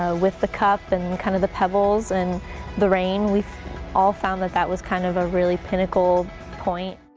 ah with the cup and and kind of the pebbles. and the rain, we all found that that was kind of ah a pinnacle point.